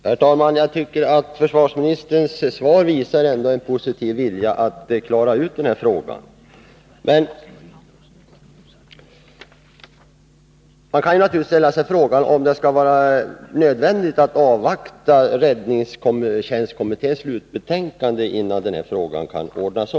Herr talman! Jag tycker att försvarsministerns svar visar en positiv vilja att klara ut det här problemet. Men man kan naturligtvis ställa frågan om det skall vara nödvändigt att avvakta räddningstjänstkommitténs slutbetänkande innan det hela kan lösas.